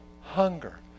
hunger